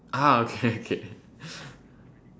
ah okay okay